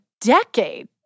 decade